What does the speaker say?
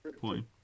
point